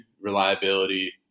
reliability